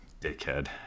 Dickhead